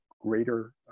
greater